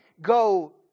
go